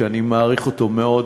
שאני מעריך אותו מאוד